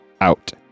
out